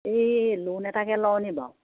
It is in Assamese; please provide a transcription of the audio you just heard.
এই লোন এটাকে লওঁ নি বাৰু